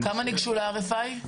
כמה הגישו את ה-RFI?